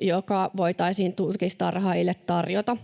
joka voitaisiin turkistarhaajille tarjota.